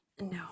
no